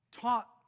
taught